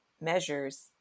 measures